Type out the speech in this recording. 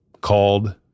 called